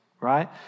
right